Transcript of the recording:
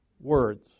words